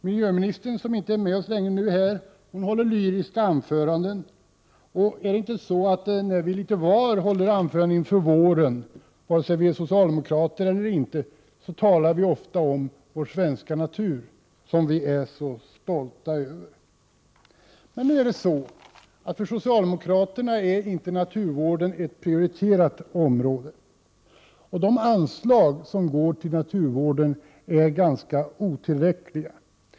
Miljöministern, som inte längre är hos oss här i kammaren, håller lyriska anföranden, och är det inte så att vi när vi litet till mans håller anföranden inför våren, vare sig vi är socialdemokrater eller inte, ofta talar om vår svenska natur som vi är så stolta över? Men för socialdemokraterna är naturvården inte ett prioriterat område, och de anslag som går till naturvården är ganska otillräckliga.